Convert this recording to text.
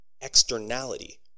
externality